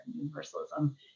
Universalism